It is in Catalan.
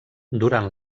durant